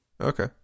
Okay